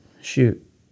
shoot